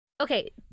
Okay